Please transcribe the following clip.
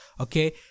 okay